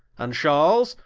and charles,